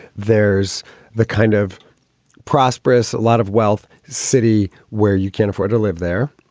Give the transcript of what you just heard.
there's the kind of prosperous. a lot of wealth city where you can't afford to live there.